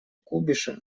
кубиша